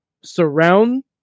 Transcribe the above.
surround